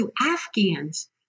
Afghans